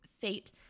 fate